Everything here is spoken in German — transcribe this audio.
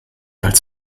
als